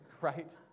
Right